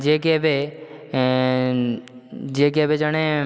ଯିଏକି ଏବେ ଯିଏକି ଏବେ ଜଣେ